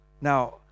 Now